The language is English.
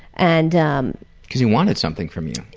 and um because he wanted something from you.